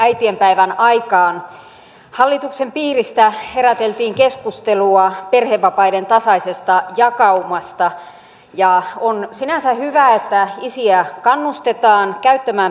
äitienpäivän aikaan hallituksen piiristä heräteltiin keskustelua perhevapaiden tasaisesta jakaumasta ja on sinänsä hyvä että isiä kannustetaan käyttämään perhevapaita